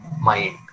mind